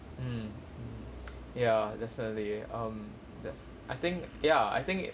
mm mm ya definitely um def~ I think ya I think